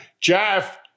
Jeff